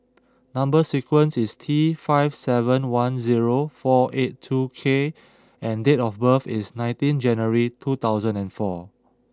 number sequence is T five seven one zero four eight two K and date of birth is nineteen January two thousand and four